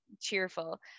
cheerful